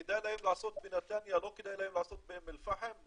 כדאי להם לעשות בנתניה ולא כדאי להם לעשות באום אל פחם?